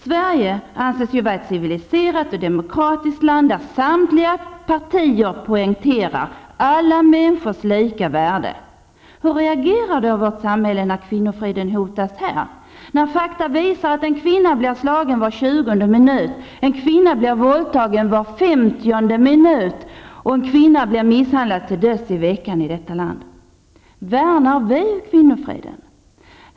Sverige anses ju vara ett civiliserat och demokratiskt land, där samtliga partier poängterar alla människors lika värde. Hur reagerar då vårt samhälle, när kvinnofriden hotas här, när fakta visar att en kvinna blir slagen var tjugonde minut, en kvinna blir våldtagen var femtionde minut och en kvinna blir misshandlad till döds i veckan i detta land? Värnar vi kvinnofriden?